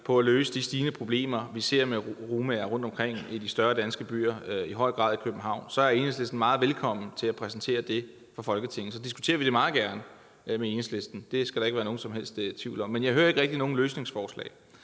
til at løse de stigende problemer, vi ser med romaer rundtomkring i de større danske byer og i høj grad i København, så er Enhedslisten meget velkommen til at præsentere dem for Folketinget. Så diskuterer vi det meget gerne med Enhedslisten. Det skal der ikke være nogen som helst tvivl om. Men jeg hører ikke rigtig nogen løsningsforslag,